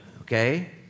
Okay